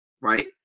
Right